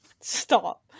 Stop